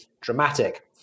dramatic